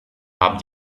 haben